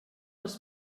les